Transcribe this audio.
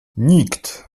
nikt